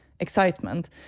excitement